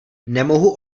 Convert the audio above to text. nemohu